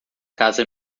casa